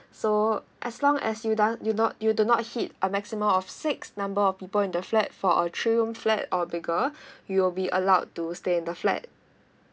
so as long as you don't you not you do not hit a maximum of six number of people in the flat for a three room flat or bigger you'll be allowed to stay in the flat